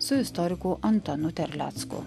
su istoriku antanu terlecku